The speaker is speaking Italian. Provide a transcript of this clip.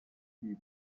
chi